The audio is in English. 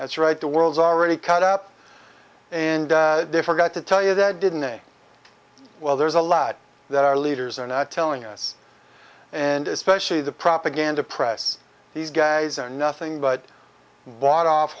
that's right the world's already cut up and they forgot to tell you that didn't they well there's a lot that our leaders are not telling us and especially the propaganda press these guys are nothing but bought off